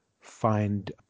find